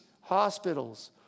hospitals